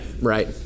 right